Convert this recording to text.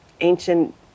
ancient